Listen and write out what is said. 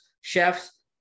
chefs